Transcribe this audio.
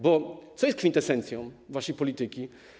Bo co jest kwintesencją waszej polityki?